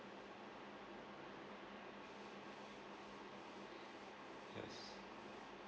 yes